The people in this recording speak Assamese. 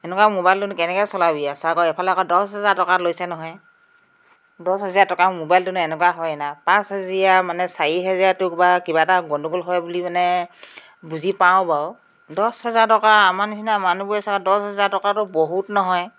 এনেকুৱা মোবাইলটোনো কেনেকৈ চলাবি আৰু চা আকৌ এইফালে আকৌ দহ হেজাৰ টকা লৈছে নহয় দহ হেজাৰ টকা মোবাইলটোনো এনেকুৱা হয়না পাঁচহেজীয়া চাৰিহেজীয়াটো বা কিবা এটা গণ্ডগোল হয় বুলি মানে বুজি পাওঁ বাৰু দহ হেজাৰ টকা আমাৰ নিচিনা মনুহবোৰে চা দহ হেজাৰ টকাটো বহুত নহয়